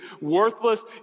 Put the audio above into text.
worthless